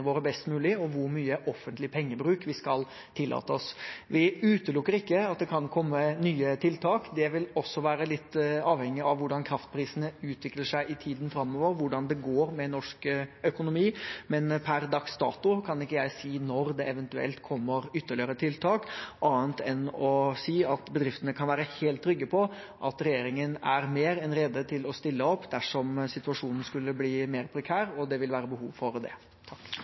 våre best mulig, og hvor mye offentlig pengebruk vi kan tillate oss. Vi utelukker ikke at det kan komme nye tiltak. Det vil også være litt avhengig av hvordan kraftprisene utvikler seg i tiden framover, og hvordan det går med norsk økonomi. Men per dags dato kan ikke jeg si når det eventuelt kommer ytterligere tiltak, annet enn å si at bedriftene kan være helt trygge på at regjeringen er mer enn rede til å stille opp dersom situasjonen skulle bli mer prekær, og det ville være behov for det.